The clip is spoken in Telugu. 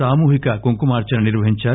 సామూహిక కుంకుమార్సన నిర్వహించారు